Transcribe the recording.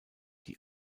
die